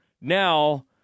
Now